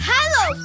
Hello